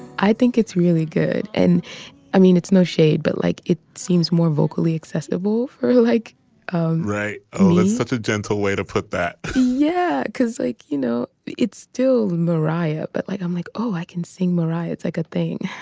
i think it's really good. and i mean it's no shade but like it seems more vocally accessible. like um right. oh it's such a gentle way to put that. yeah because like you know it's still mariah. but like i'm like oh i can sing mariah it's a good thing